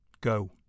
Go